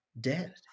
dead